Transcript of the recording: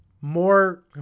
more